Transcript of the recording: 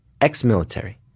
ex-military